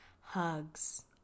hugs